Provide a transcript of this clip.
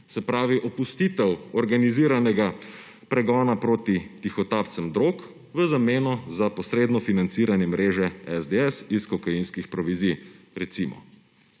Se pravi, opustitev organiziranega pregona proti tihotapcem drog v zameno za posredno financiranje mreže SDS iz kokainskih provizij, recimo.